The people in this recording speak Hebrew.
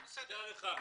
בסדר.